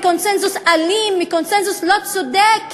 מקונסנזוס אלים, מקונסנזוס לא צודק.